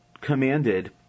commanded